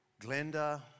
Glenda